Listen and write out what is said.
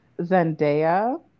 Zendaya